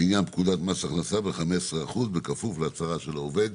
בעניין פקודת מס הכנסה ב-15% בכפוף להצהרה של העובד.